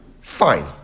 Fine